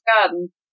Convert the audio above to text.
garden